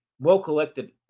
well-collected